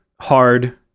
hard